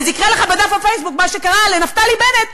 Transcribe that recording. אז יקרה לך בדף הפייסבוק מה שקרה לנפתלי בנט,